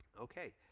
okay.